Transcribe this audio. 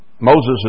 Moses